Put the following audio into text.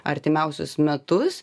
artimiausius metus